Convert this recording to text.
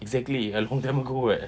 exactly a long time ago [what]